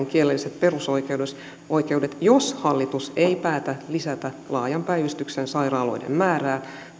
kielelliset perusoikeudet jos hallitus ei päätä lisätä laajan päivystyksen sairaaloiden määrää